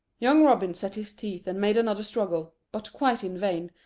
young robin set his teeth and made another struggle, but quite in vain,